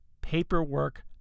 paperwork